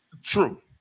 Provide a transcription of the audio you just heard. True